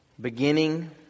beginning